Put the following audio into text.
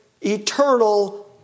eternal